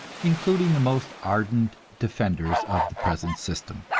including the most ardent defenders of the present system.